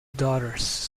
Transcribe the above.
daughters